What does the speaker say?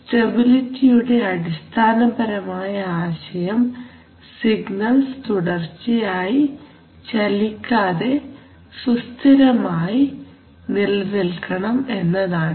സ്റ്റെബിലിറ്റിയുടെ അടിസ്ഥാനപരമായ ആശയം സിഗ്നൽസ് തുടർച്ചയായി ചലിക്കാതെ സുസ്ഥിരമായി നിൽക്കണം എന്നതാണ്